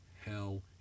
hell